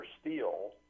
Steel